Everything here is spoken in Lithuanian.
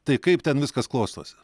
tai kaip ten viskas klostosi